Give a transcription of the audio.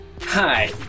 Hi